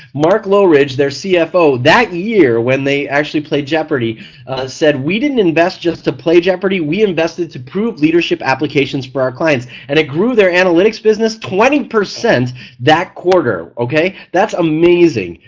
mark loughridge their cfo that year when they actually played jeopardy said we didn't invest just to play jeopardy we invested to prove leadership applications for our clients, and it grew their analytics business twenty percent that quarter. that's amazing,